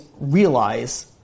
realize